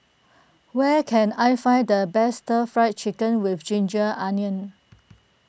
where can I find the best Stir Fry Chicken with Ginger Onions